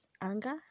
anger